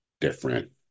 different